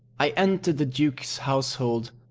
i entered the duke's household,